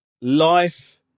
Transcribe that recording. life